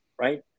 right